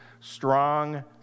strong